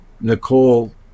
Nicole